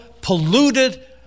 polluted